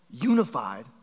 Unified